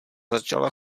začala